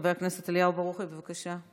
חבר הכנסת אליהו ברוכי, בבקשה.